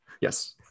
Yes